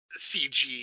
cg